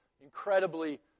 incredibly